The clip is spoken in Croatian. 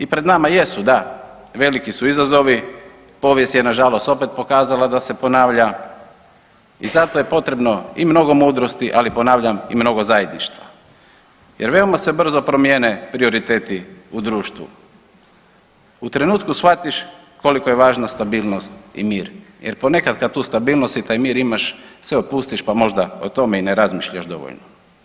I pred nama jesu da, veliki su izazovi, povijest je nažalost opet pokazala da se ponavlja i zato je potrebno i mnogo mudrosti, ali ponavljam i mnogo zajedništva jer veoma se brzo promijene prioriteti u društvu, u trenutku shvatiš koliko je važna stabilnost i mir jer ponekad kad tu stabilnost i taj mir imaš se opustiš, pa možda o tome i ne razmišljaš dovoljno.